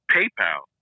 PayPal